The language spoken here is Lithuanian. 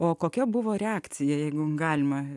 o kokia buvo reakcija jeigu galima